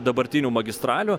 dabartinių magistralių